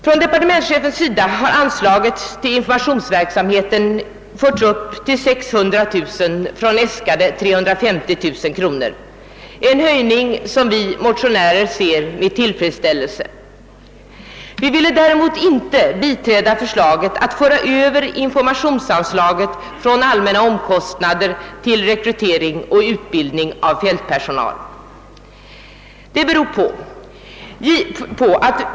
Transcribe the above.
Från departementschefens sida har anslaget till informationsverksamheten förts upp till 600 000 kronor från äskade 350 000 kronor — en höjning som vi motionärer ser med tillfredsställelse. Vi vill däremot inte biträda förslaget om att överföra informationsanslaget från allmänna omkostnader till Rekrytering och utveckling av fältpersonal.